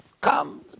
come